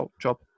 job